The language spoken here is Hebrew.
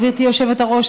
גברתי היושבת-ראש,